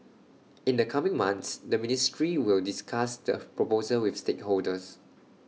in the coming months the ministry will discuss the proposal with stakeholders